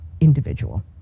individual